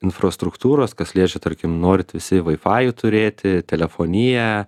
infrastruktūros kas liečia tarkim norit visi vaifajų turėti telefoniją